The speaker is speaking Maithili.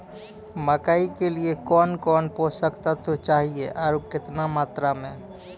मकई के लिए कौन कौन पोसक तत्व चाहिए आरु केतना मात्रा मे?